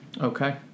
Okay